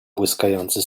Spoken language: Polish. błyskający